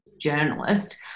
journalist